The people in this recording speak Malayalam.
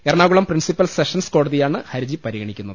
എറണാകുളം പ്രിൻസിപ്പൽ സെഷൻസ് കോടതിയാണ് ഹർജി പരിഗണിക്കുന്നത്